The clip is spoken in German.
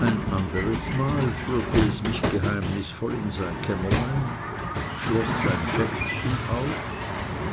ein anderesmal führte es mich geheimnisvoll in sein kämmerlein schloß sein schäftchen auf